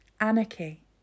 Anarchy